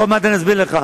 עוד מעט אני אסביר לך.